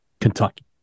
Kentucky